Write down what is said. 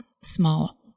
small